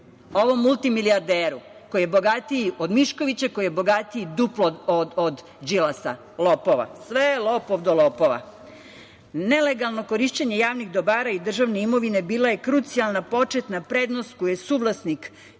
ovom multimilijarderu, koji je bogatiji od Miškovića, koji je bogatiji duplo od Đilasa, lopova. Sve lopov do lopova. Nelegalno korišćenje javnih dobara i državne imovine bila je krucijalna početna prednost koja je suvlasnik